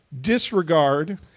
disregard